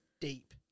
deep